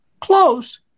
Close